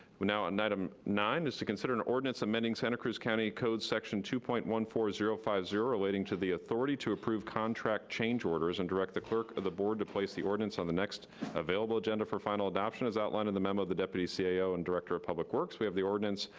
now an item nine is to consider an ordinance amending santa cruz county code section two point one four zero five zero, relating to the authority to approve contract change orders and direct the clerk of the board to place the ordinance on the next available agenda for final adoption as outlined in the memo the deputy cio and director of public works. we have the ordinance,